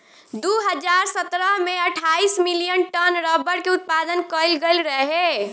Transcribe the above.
दू हज़ार सतरह में अठाईस मिलियन टन रबड़ के उत्पादन कईल गईल रहे